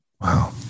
Wow